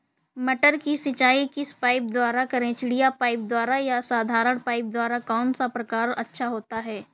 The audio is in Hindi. मटर की सिंचाई किस पाइप द्वारा करें चिड़िया पाइप द्वारा या साधारण पाइप द्वारा कौन सा प्रकार अच्छा होता है?